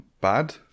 bad